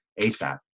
ASAP